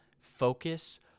focus